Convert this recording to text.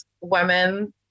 women